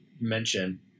mention